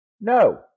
No